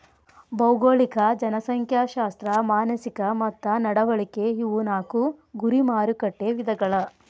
ಭೌಗೋಳಿಕ ಜನಸಂಖ್ಯಾಶಾಸ್ತ್ರ ಮಾನಸಿಕ ಮತ್ತ ನಡವಳಿಕೆ ಇವು ನಾಕು ಗುರಿ ಮಾರಕಟ್ಟೆ ವಿಧಗಳ